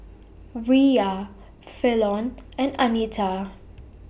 Riya Fallon and Anita